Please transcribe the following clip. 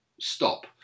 stop